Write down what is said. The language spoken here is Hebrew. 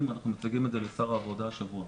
ואנחנו מציגים את זה לשר העבודה השבוע,